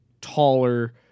taller